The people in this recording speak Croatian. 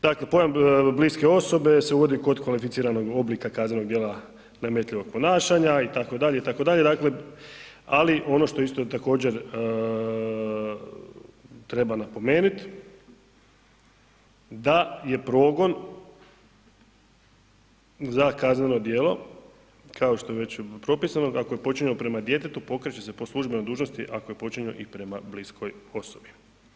Dakle pojam bliske osobe se uvodi kod kvalificiranog oblika kaznenog djela nametljivog ponašanja itd., itd., dakle ali ono što isto također treba napomenut da je progon za kazneno djelo kao što je već propisano, ako je počinjeno prema djetetu pokreće se po službenoj dužnosti, ako je počinjeno i prema bliskoj osobi.